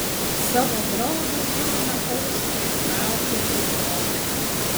savo graudų himną aušrai traukia gibonai